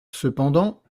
cependant